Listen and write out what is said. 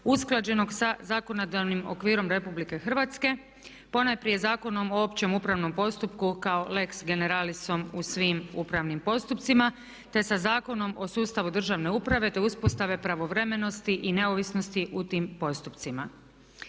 usklađenog sa zakonodavnim okvirom RH ponajprije Zakonom o općem upravom postupku kao lex generalisom u svim upravnim postupcima, te sa Zakonom o sustavu državne uprave te uspostave pravovremenosti i neovisnosti u tim postupcima.